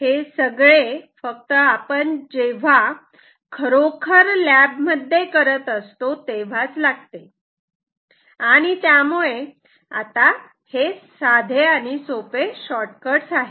हे सगळे फक्त जेव्हा आपण खरोखर लॅब मध्ये करत असतो तेव्हाच लागते आणि आता हे तर साधे सोपे शॉर्ट कट्स आहेत